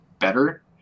better